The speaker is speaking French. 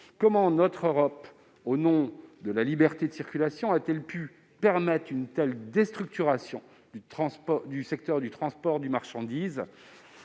Comment, au nom de la liberté de circulation, notre Europe a-t-elle pu permettre une telle déstructuration du secteur du transport de marchandises ?